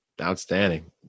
Outstanding